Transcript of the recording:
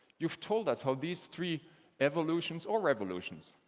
you've told us how these three evolutions, or revolutions,